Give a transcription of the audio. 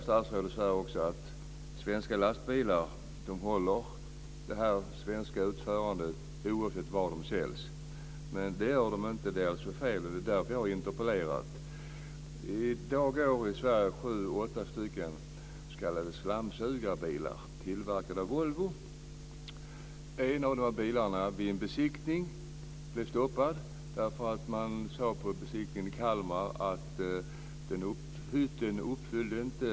Statsrådet säger att svenska lastbilar har det svenska utförandet oavsett var de säljs. Men så är det inte. Det är alltså fel. Det är därför jag har interpellerat. I dag går i Sverige sju åtta s.k. slamsugarbilar tillverkade av Volvo. En av dem blev stoppad vid en besiktning. På besiktningen i Kalmar sade man att hytten inte uppfyllde kraven.